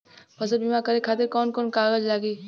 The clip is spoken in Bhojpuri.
फसल बीमा करे खातिर कवन कवन कागज लागी?